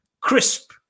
crisp